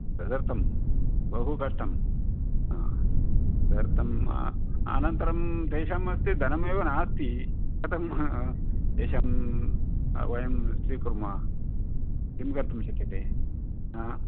तदर्थं बहु कष्टं हा तदर्थं अनन्तरं तेषां हस्ते धनमेव नास्ति कथं तेषां वयं स्वीकुर्मः किं कर्तुं शक्यते